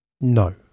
No